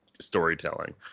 storytelling